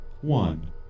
one